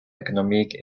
économiques